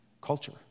culture